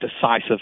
decisive